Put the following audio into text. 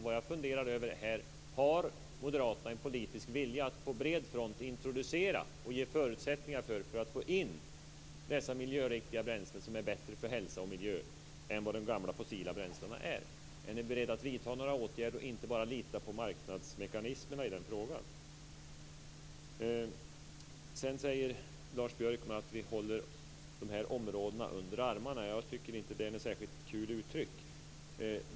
Vad jag funderar över är: Har moderaterna en politisk vilja att på bred front introducera och ge förutsättningar för att få in dessa miljöriktiga bränslen som är bättre för hälsa och miljö än vad de gamla fossila bränslena är? Är ni beredda att vidta några åtgärder och inte bara lita på marknadsmekanismerna i den frågan? Sedan säger Lars Björkman att vi håller de här områdena under armarna. Jag tycker inte att det är något särskilt kul uttryck.